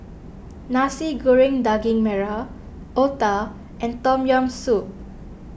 Nasi Goreng Daging Merah Otah and Tom Yam Soup